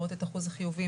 את אחוז החיוביים,